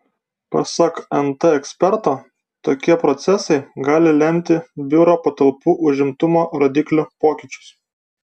pasak nt eksperto tokie procesai gali lemti biuro patalpų užimtumo rodiklių pokyčius